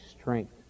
strength